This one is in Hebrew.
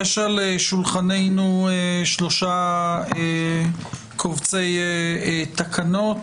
יש על שולחננו שלושה קבצי תקנות,